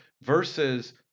versus